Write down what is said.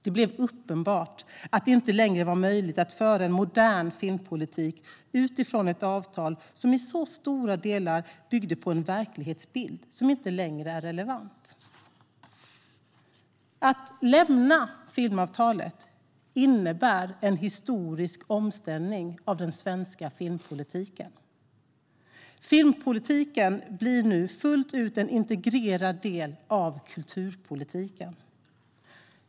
Det blev uppenbart att det inte längre var möjligt att föra en modern filmpolitik utifrån ett avtal som i så stora delar byggde på en verklighetsbild som inte längre är relevant. Att lämna filmavtalet innebär en historisk omställning av den svenska filmpolitiken. Filmpolitiken blir nu fullt ut en integrerad del av kulturpolitiken.